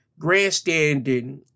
grandstanding